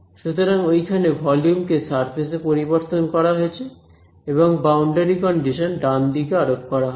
সুতরাং ওইখানে ভলিউম কে সারফেস এ পরিবর্তন করা হয়েছে এবং বাউন্ডারি কন্ডিশন ডান দিকে আরোপ করা হবে